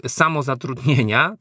samozatrudnienia